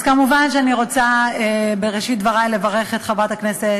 כמובן, אני רוצה בראשית דברי לברך את חברת הכנסת